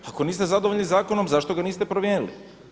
Ako niste zadovoljni zakonom zašto ga niste promijenili?